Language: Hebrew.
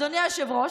אדוני היושב-ראש,